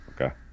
Okay